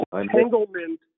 Entanglement